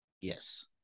Yes